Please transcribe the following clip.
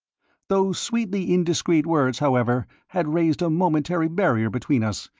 those sweetly indiscreet words, however, had raised a momentary barrier between us,